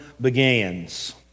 begins